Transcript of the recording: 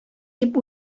дип